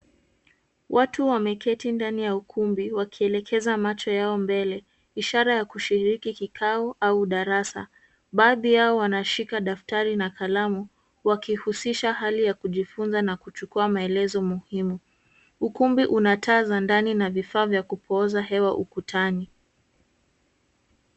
Watu wameketi ndani ya ukumbi, wakielekeza macho yao mbele, ishara ya kushiriki kikao, au darasa. Baadhi yao, wanashika daftari na kalamu, wakihusisha hali ya kujifunza na kuchukua maelezo muhimu. Ukumbi una taa za ndani, na vifaa vya kupooza hewa ukutani.